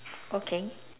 okay